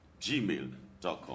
gmail.com